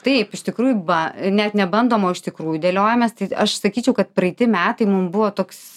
taip iš tikrųjų ba net nebandoma o iš tikrųjų dėliojamės tai aš sakyčiau kad praeiti metai mum buvo toks